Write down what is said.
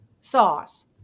sauce